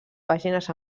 pàgines